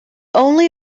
only